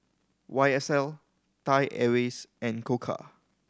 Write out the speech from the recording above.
Y S L Thai Airways and Koka